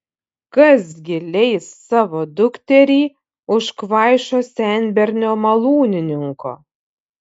kas gi leis savo dukterį už kvaišo senbernio malūnininko